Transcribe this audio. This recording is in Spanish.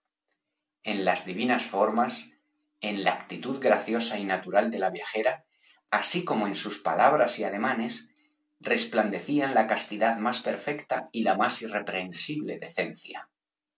en las divinas formas tueros en la actitud graciosa y natural de la viajera así como en sus palabras y ademanes resplandecían la castidad más perfecta y la más irreprensible decencia